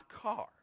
car